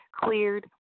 cleared